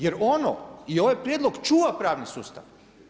Jer ono i ovaj prijedlog čuva pravni sustav.